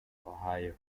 ohio